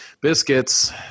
biscuits